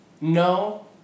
no